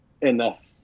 enough